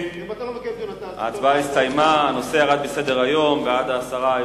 ההצעה שלא לכלול את הנושא בסדר-היום של הכנסת נתקבלה.